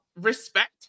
respect